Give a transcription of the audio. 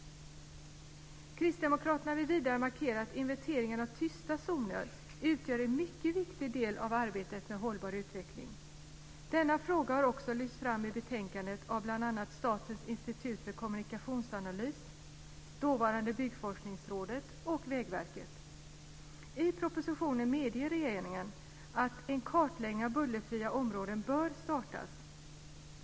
Kristdemokraterna vill vidare markera att inventeringen av tysta zoner utgör en mycket viktig del av arbetet med hållbar utveckling. Denna fråga har också lyfts fram i betänkandet av bl.a. Statens institut för kommunikationsanalys, dåvarande Byggforskningsrådet och Vägverket. I propositionen medger regeringen att en kartläggning av bullerfria områden bör startas.